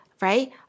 Right